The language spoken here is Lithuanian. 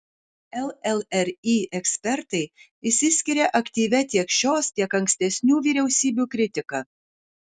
llri ekspertai išsiskiria aktyvia tiek šios tiek ankstesnių vyriausybių kritika